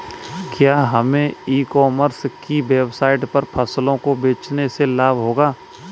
क्या हमें e commerce की वेबसाइट पर फसलों को बेचने से लाभ होगा?